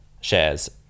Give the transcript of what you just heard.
shares